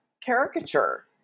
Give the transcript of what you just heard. caricature